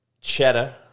cheddar